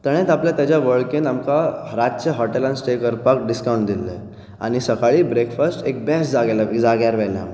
ताणेंच आपल्या ताच्या वळखीन आमकां रातचे हाॅटेलांत स्टे करपाक डिस्कावन्ट दिल्लो आनी सकाळीं ब्रेकफास्ट एक बंरे बेश्ट जाग्यार व्हेल्लें आमकां